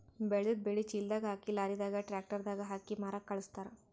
ಬೆಳೆದಿದ್ದ್ ಬೆಳಿ ಚೀಲದಾಗ್ ಹಾಕಿ ಲಾರಿದಾಗ್ ಟ್ರ್ಯಾಕ್ಟರ್ ದಾಗ್ ಹಾಕಿ ಮಾರಕ್ಕ್ ಖಳಸ್ತಾರ್